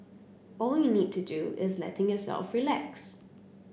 all you need to do is letting yourself relax